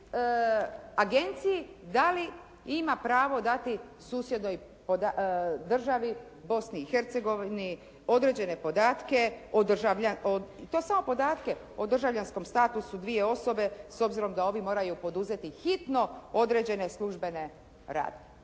agenciji da li ima pravo dati susjednoj državi Bosni i Hercegovini određene podatke, i to samo podatke o državljanskom statusu dvije osobe s obzirom da ovi moraju poduzeti hitno određene službene radnje.